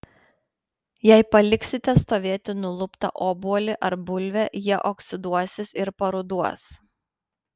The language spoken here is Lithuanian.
jei paliksite stovėti nuluptą obuolį ar bulvę jie oksiduosis ir paruduos